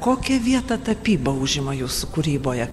kokią vietą tapyba užima jūsų kūryboje